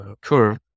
curve